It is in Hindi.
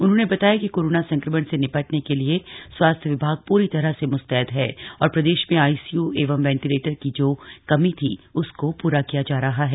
उन्होंने बताया कि कोरोनो संक्रमण से निपटने के लिए स्वास्थ्य विभाग प्री तरह से मुस्तैद है और प्रदेश में आईसीयू एवं वैंटीलेटर की जो कमी थी उसको पूरा किया जा रहा है